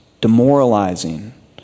demoralizing